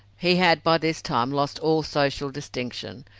he had by this time lost all social distinction.